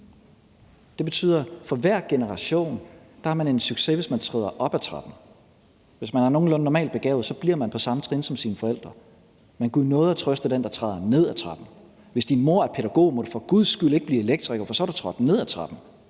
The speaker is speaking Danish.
Det betyder, at for hver generation er man en succes, hvis man træder op ad trappen. Hvis man er nogenlunde normalt begavet, bliver man på samme trin som sine forældre, men Gud nåde og trøste den, der træder ned ad trappen. Hvis din mor er pædagog, må du for guds skyld ikke blive elektriker, for så er du trådt ned ad trappen.